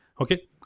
okay